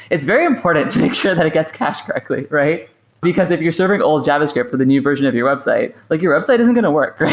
it's very important to make sure that it gets cached correctly. because if you're serving old javascript for the new version of your website, like your website isn't going to work.